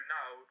now